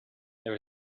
there